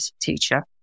teacher